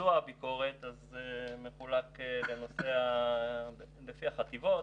ביצוע הביקורת זה מחולק לפי החטיבות